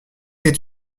est